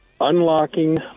Unlocking